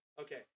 okay